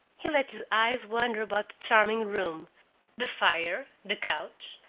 he let his eyes wander about the charming room the fire, the couch,